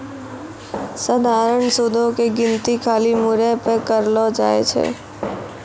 सधारण सूदो के गिनती खाली मूरे पे करलो जाय छै